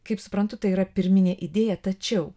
kaip suprantu tai yra pirminė idėja tačiau